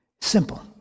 Simple